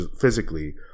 physically